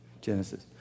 Genesis